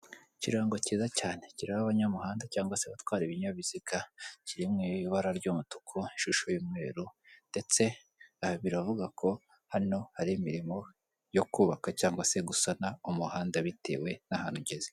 Ikiranngo cyiza cyane kireba abanyamuhanda cyangwa se abatwara ibinyabiziga, kiri mu ibara ry'umutuku, ishusho y'umweru ndetse aha biravuga ko hano hari imirimo yo kubaka cyangwa se gusana umuhanda, bitewe n'ahantu ugeze.